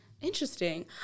interesting